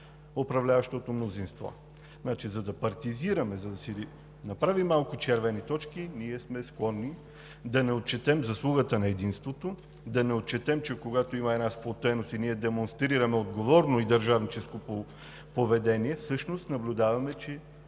управляващото мнозинство. За да партизираме, за да си направим малко червени точки, ние сме склонни да не отчетем заслугата на единството, да не отчетем, че когато има една сплотеност и ние демонстрираме отговорно и държавническо поведение, всъщност наблюдаваме, че